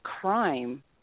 crime